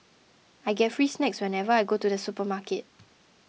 I get free snacks whenever I go to the supermarket